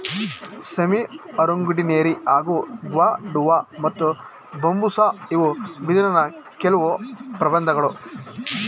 ಸೆಮಿಅರುಂಡಿನೆರಿ ಹಾಗೂ ಗ್ವಾಡುವ ಮತ್ತು ಬಂಬೂಸಾ ಇವು ಬಿದಿರಿನ ಕೆಲ್ವು ಪ್ರಬೇಧ್ಗಳು